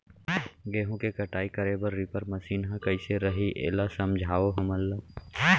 गेहूँ के कटाई करे बर रीपर मशीन ह कइसे रही, एला समझाओ हमन ल?